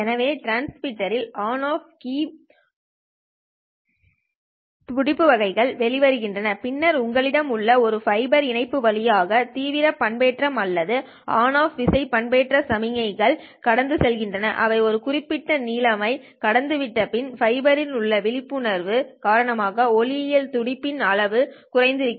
எனவே டிரான்ஸ்மிட்டரில் on off keyed பருப்பு வகைகள் வெளிவருகின்றன பின்னர் உங்களிடம் உள்ள ஒரு ஃபைபர் இணைப்பு வழியாக தீவிரம் பண்பேற்றம்அல்லது ஆன் ஆஃப் விசை பண்பேற்றப்பட்ட சமிக்ஞைகள்கடந்து செல்கின்றன அவை ஒரு குறிப்பிட்ட நீளம் La ஐ கடந்துவிட்டபின் ஃபைபரில் உள்ள விழிப்புணர்வுவின் காரணமாக ஒளியியல் துடிப்பு அளவு குறைந்திருக்கும்